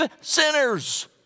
sinners